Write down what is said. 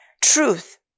Truth